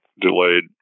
delayed